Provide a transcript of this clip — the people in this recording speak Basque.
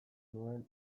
nuen